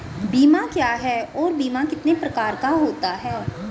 बीमा क्या है और बीमा कितने प्रकार का होता है?